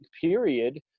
period